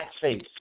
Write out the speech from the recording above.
face